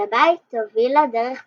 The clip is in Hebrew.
אל הבית הובילה דרך פרטית,